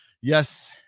yes